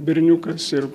berniukas ir